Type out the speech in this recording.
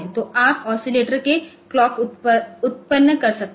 तो आप ओसीलेटरसे क्लॉक उत्पन्न कर सकते हैं